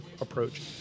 approach